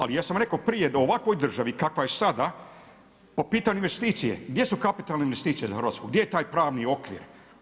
Ali ja sam rekao prije da u ovakvoj državi kakva je sada po pitanju investicije, gdje su kapitalne investicije za Hrvatsku, gdje je taj pravni okvir.